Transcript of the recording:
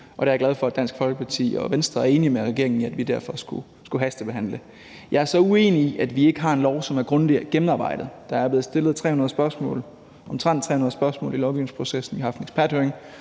Folkeparti og Venstre er enig med regeringen i, at vi derfor skulle hastebehandle det. Jeg er så uenig i, at vi ikke har et lovforslag, som er grundigt gennemarbejdet. Der er blevet stillet omtrent 300 spørgsmål i lovgivningsprocessen, vi har haft en eksperthøring,